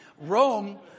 Rome